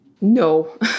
No